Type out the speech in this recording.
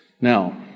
Now